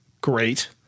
great